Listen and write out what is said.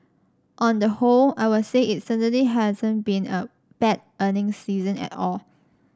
on the whole I would say it certainly hasn't been a bad earnings season at all